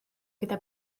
gyda